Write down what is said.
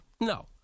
No